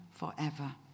forever